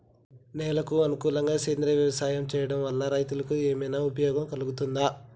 నేలకు అనుకూలంగా సేంద్రీయ వ్యవసాయం చేయడం వల్ల రైతులకు ఏమన్నా ఉపయోగం కలుగుతదా?